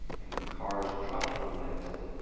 and when cars and trucks were invented,